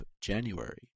January